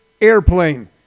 airplane